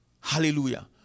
Hallelujah